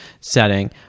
setting